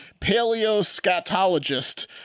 paleoscatologist